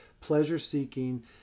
pleasure-seeking